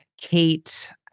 Kate